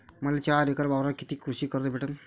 मले चार एकर वावरावर कितीक कृषी कर्ज भेटन?